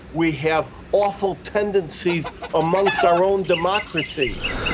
we have awful tendencies amongst our own democracies,